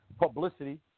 publicity